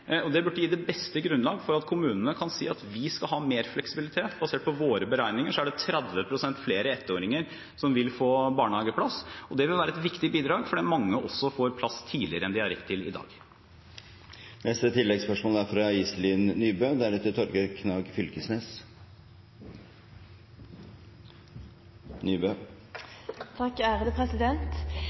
Det burde gi det beste grunnlaget for at kommunene kan si at de skal ha mer fleksibilitet. Basert på våre beregninger er det 30 pst. flere ettåringer som vil få barnehageplass. Det vil være et viktig bidrag fordi mange vil få plass tidligere enn de har rett til i dag. Iselin Nybø – til oppfølgingsspørsmål. En av grunnene til at det er